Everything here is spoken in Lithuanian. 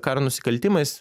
karo nusikaltimais